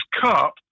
cup